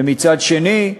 ומצד שני,